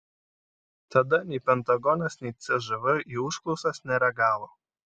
tada nei pentagonas nei cžv į užklausas nereagavo